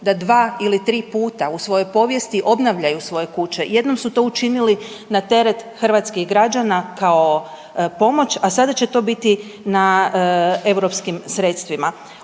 da 2 ili 3 puta u svojoj povijesti obnavljaju svoje kuće. Jednom su to učinili na teret hrvatskih građana kao pomoć, a sada će to biti na europskim sredstvima.